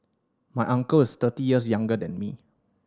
my uncle is thirty years younger than me